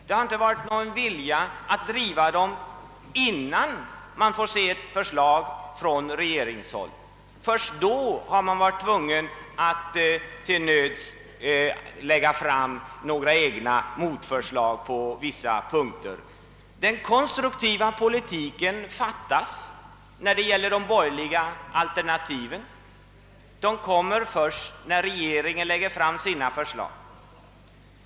De har velat avvakta regeringens förslag, och först därefter har de varit tvungna att till nöds sätta ihop motförslag på vissa punkter. Den konstruktiva politiken fattas när det gäller de borgerliga alternativen. Dessa kommer fram först när regeringen lagt fram sina förslag.